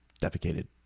Defecated